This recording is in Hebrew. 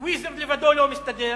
טוויזר לבדו לא מסתדר,